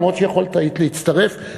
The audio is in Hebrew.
אף שיכולת להצטרף,